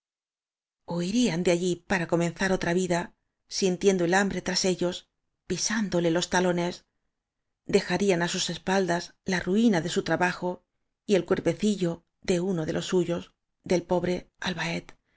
naturaleza huirían de allí para comenzar otra vida sintiendo el hambre tras ellos pisándoles los talones dejarían á sus espaldas la ruina de su trabajo y el cuerpecillo de uno de los suyos del pobre albaet